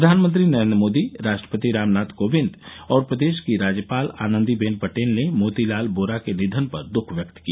प्रधानमंत्री नरेंद्र मोदी राष्ट्रपति रामनाथ कोविंद और प्रदेश की राज्यपाल आनन्दीबेन पटेल ने मोतीलाल योरा के निधन पर दुख व्यक्त किया